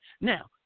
Now